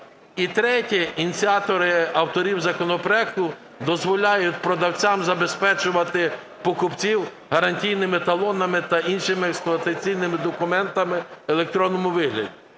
І третє. Ініціатори, автори законопроекту дозволяють продавцям забезпечувати покупців гарантійними талонами та іншими експлуатаційними документами в електронному вигляді.